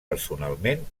personalment